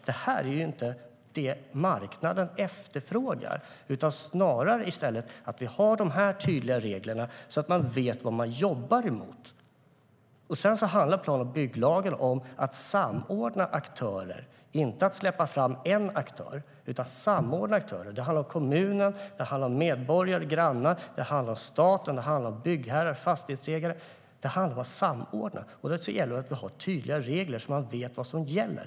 Detta är inte vad marknaden efterfrågar, utan det är snarare att vi har tydliga regler så att man vet vad man jobbar med. Det handlar om att samordna, och därför gäller det att vi har tydliga regler så att man vet vad som gäller.